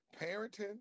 parenting